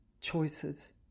choices